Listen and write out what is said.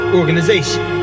organization